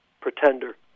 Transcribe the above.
Pretender